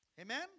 Amen